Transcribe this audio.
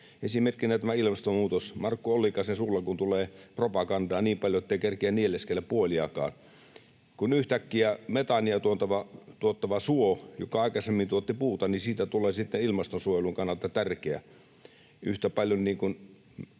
esimerkkinä tämä ilmastonmuutos — Markku Ollikaisen suulla kun tulee propagandaa niin paljon, ettei kerkeä nieleskellä puoliakaan, kun yhtäkkiä metaania tuottavasta suosta, joka aikaisemmin tuotti puuta, tulee sitten ilmastonsuojelun kannalta yhtä